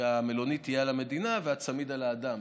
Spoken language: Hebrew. שהמלונית תהיה על המדינה והצמיד על האדם.